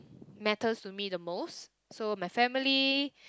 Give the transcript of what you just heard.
matters to me the most so my family